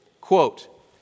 quote